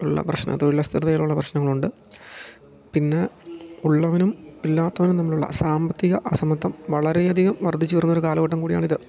ഉള്ള പ്രശ്നം തൊഴിൽ അസ്ഥിരതയിലുള്ള പ്രശ്നങ്ങളുണ്ട് പിന്നെ ഉള്ളവനും ഇല്ലാത്തവനും തമ്മിലുള്ള സാമ്പത്തിക അസമത്വം വളരെ അധികം വർദ്ധിച്ചു വരുന്ന ഒരു കാലഘട്ടം കൂടിയാണ് ഇത്